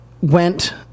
went